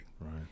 Right